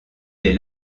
des